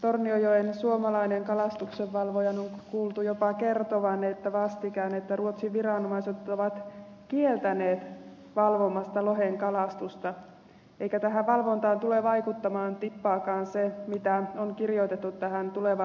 torniojoen suomalaisen kalastuksenvalvojan on kuultu jopa kertovan vastikään että ruotsin viranomaiset ovat kieltäneet valvomasta lohenkalastusta eikä tähän valvontaan tule vaikuttamaan tippaakaan se mitä on kirjoitettu tulevaan rajajokisopimukseen